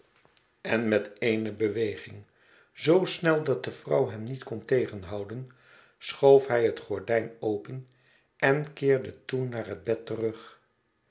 en met eene beweging zoo snel dat de vrouw hem niet kon tegenhouden schoof hij het gordijn open en keerde toen naar het bed terug